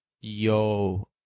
Yo